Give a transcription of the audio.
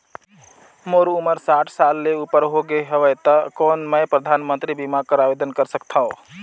मोर उमर साठ साल ले उपर हो गे हवय त कौन मैं परधानमंतरी बीमा बर आवेदन कर सकथव?